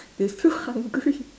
they still hungry